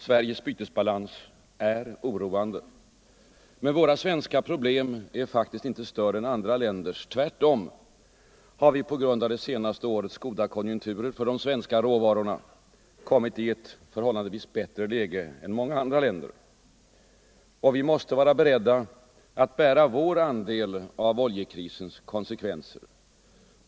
Sveriges bytesbalans är oroande. Men våra svenska problem är faktiskt inte större än andra länders. Tvärtom har vi på grund av det senaste årets goda konjunkturer för de svenska råvarorna kommit i ett förhållandevis bättre läge än många andra länder. Vi måste vara beredda att bära vår andel av oljekrisens konsekvenser.